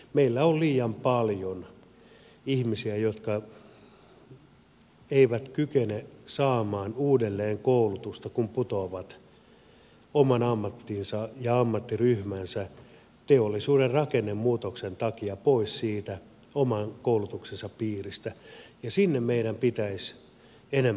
meillä on liian paljon ihmisiä jotka eivät kykene saamaan uudelleenkoulutusta kun putoavat oman ammattinsa ja ammattiryhmänsä teollisuuden rakennemuutoksen takia siitä oman koulutuksensa piiristä ja sinne meidän pitäisi enemmän satsata